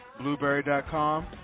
Blueberry.com